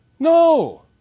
No